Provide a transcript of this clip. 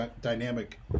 dynamic